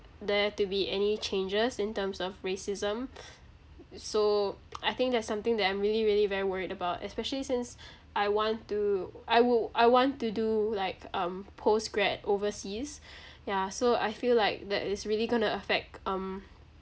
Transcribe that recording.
there to be any changes in terms of racism so I think that's something that I'm really really very worried about especially since I want to I will I want to do like um postgrad overseas yeah so I feel like that is really going to affect um